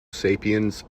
sapiens